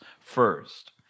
first